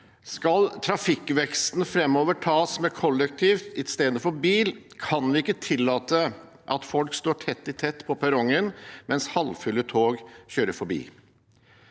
Skal trafikkveksten framover tas med kollektivt i stedet for bil, kan vi ikke tillate at folk står tett i tett på perrongen mens halvfulle tog kjører forbi.